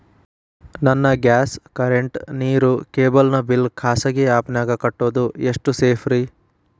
ನನ್ನ gas current, ನೇರು, cable ನ ಬಿಲ್ ಖಾಸಗಿ ಆ್ಯಪ್ ನ್ಯಾಗ್ ಕಟ್ಟೋದು ಎಷ್ಟು ಸೇಫ್ರಿ?